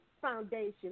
foundation